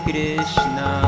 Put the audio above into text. Krishna